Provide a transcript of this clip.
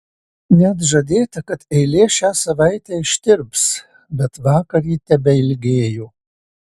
net žadėta kad eilė šią savaitę ištirps bet vakar ji tebeilgėjo